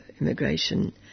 immigration